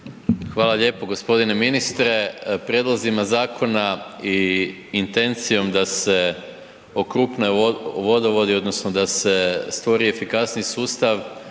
Hvala lijepa. g. Ministre, prijedlozima zakona i intencijom da se okrupne vodovodi odnosno da se stvori efikasniji sustav